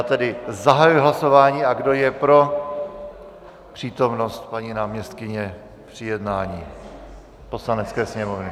Zahajuji tedy hlasování a kdo je pro přítomnost paní náměstkyně při jednání Poslanecké sněmovny?